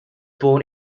born